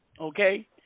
Okay